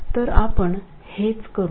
तर आपण हेच करू